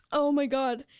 oh my god,